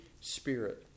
Spirit